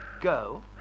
Go